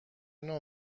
نوع